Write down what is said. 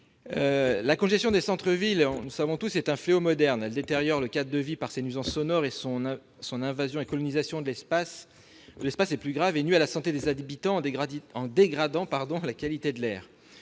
la congestion des centres-villes est un fléau moderne. Elle détériore le cadre de vie par ses nuisances sonores et son invasion-colonisation de l'espace. Plus grave, elle nuit à la santé des habitants en dégradant la qualité de l'air.